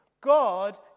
God